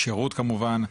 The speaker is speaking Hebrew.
שירות כמובן ודאטה.